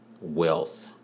wealth